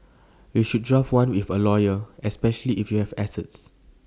you should draft one with A lawyer especially if you have assets